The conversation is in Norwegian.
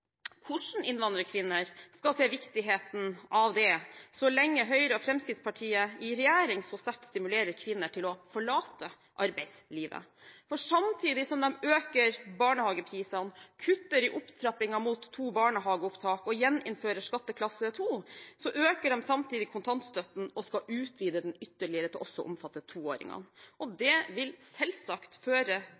hvordan innvandrerkvinner skal se viktigheten av det, så lenge Høyre og Fremskrittspartiet i regjering så sterkt stimulerer kvinner til å forlate arbeidslivet – for samtidig som de øker barnehageprisene, kutter i opptrappingen mot to barnehageopptak, og gjeninnfører skatteklasse 2, øker de kontantstøtten, og de skal utvide den ytterligere, til også å omfatte toåringene. Det vil selvsagt føre